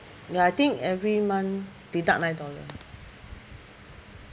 ya I think every month deduct nine dollar